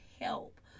help